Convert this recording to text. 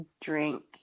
drink